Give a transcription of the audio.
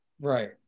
Right